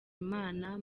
imana